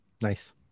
Nice